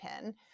pin